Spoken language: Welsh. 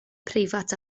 preifat